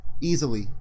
easily